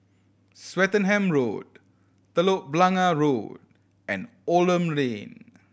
Swettenham Road Telok Blangah Road and Oldham Lane